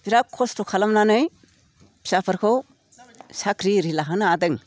बिराद खस्त' खालामनानै फिसाफोरखौ साख्रि आरि लाहोनो हादों